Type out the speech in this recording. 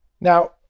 now